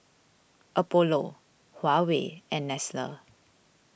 Apollo Huawei and Nestle